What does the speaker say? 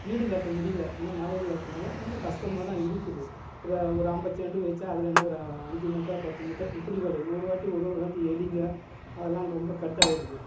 ஈடு கட்ட முடியல ஏன்னால் மழை இல்லாத்துனால் ரொம்ப கஷ்டமா தான் இருக்குது ஒரு ஒரு ஐம்பது செண்டு வெத்தா அதில் என்ன ஒரு அஞ்சு மூட்டை பத்து மூட்டை இப்படி விளையிது ஒரு வாட்டி ஒரு ஒரு வாட்டி எலிங்கள் அதெல்லாம் ரொம்ப கட் ஆகிடுது